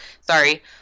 sorry